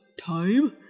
time